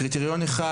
קריטריון אחד,